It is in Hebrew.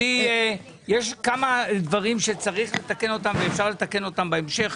יש כמה דברים שצריך לתקן אותם ואפשר לתקן אותם בהמשך.